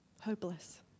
hopeless